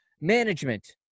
management